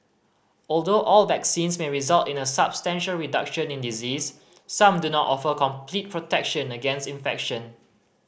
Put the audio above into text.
although all vaccines may result in a substantial reduction in disease some do not offer complete protection against infection